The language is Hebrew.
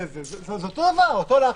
זה אותו לחץ.